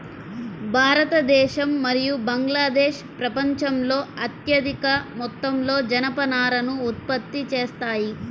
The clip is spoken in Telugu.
భారతదేశం మరియు బంగ్లాదేశ్ ప్రపంచంలో అత్యధిక మొత్తంలో జనపనారను ఉత్పత్తి చేస్తాయి